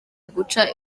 guca